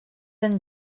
and